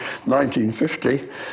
1950